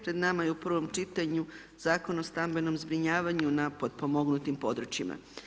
Pred nama je u prvom čitanju Zakon o stambenom zbrinjavanju na potpomognutim područjima.